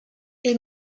est